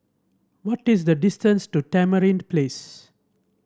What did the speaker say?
what is the distance to Tamarind Place